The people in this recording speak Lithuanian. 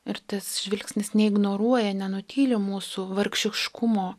ir tas žvilgsnis neignoruoja nenutyli mūsų vargšiškumo